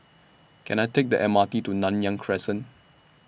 Can I Take The M R T to Nanyang Crescent